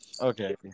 Okay